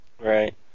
right